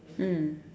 mm